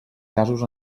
casos